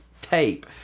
tape